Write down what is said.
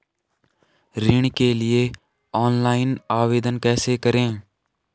ऋण के लिए ऑनलाइन आवेदन कैसे करें?